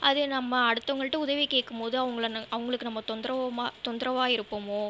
அது நம்ம அடுத்தவங்கள்ட உதவி கேட்குமோது அவங்கள அவங்களுக்கு நம்ம தொந்தரவுமா தொந்தரவாக இருப்போமோ